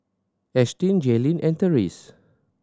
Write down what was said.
Ashtyn Jaylen and Therese